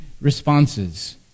responses